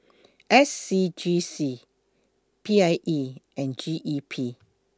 S C G C P I E and G E P